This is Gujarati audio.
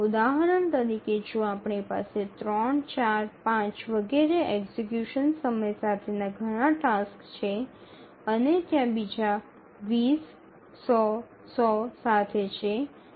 ઉદાહરણ તરીકે જો આપણી પાસે ૩ ૪ ૫ વગેરે એક્ઝેક્યુશન સમય સાથે ઘણા ટાસક્સ છે અને ત્યાં બીજા ૨0 ૧00 ૧00 સાથે છે